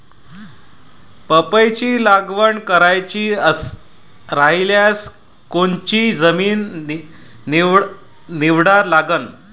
पपईची लागवड करायची रायल्यास कोनची जमीन निवडा लागन?